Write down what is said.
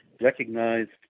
recognized